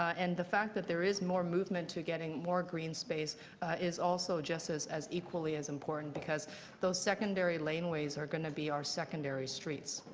and the fact that there is more mom to getting more green space is also just as as equally as important, because those secondary laneways are going to be our secondary streets,